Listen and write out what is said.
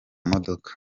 modoka